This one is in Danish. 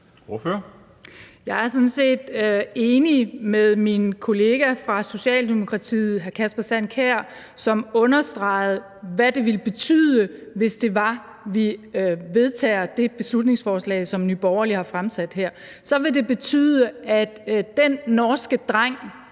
Jeg er sådan set enig med min kollega fra Socialdemokratiet, hr. Kasper Sand Kjær, som understregede, hvad det ville betyde, hvis det var, vi vedtog det beslutningsforslag, som Nye Borgerlige har fremsat her. Så vil det betyde, at den norske dreng,